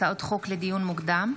הצעות חוק לדיון מוקדם,